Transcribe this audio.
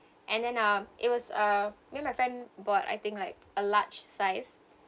and then uh it was uh and my friend bought I think like a large size